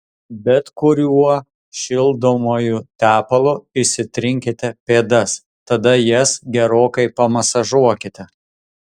bet kuriuo šildomuoju tepalu išsitrinkite pėdas tada jas gerokai pamasažuokite